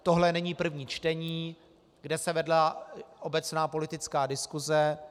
Tohle není první čtení, kde se vedla obecná politická diskuse.